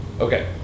Okay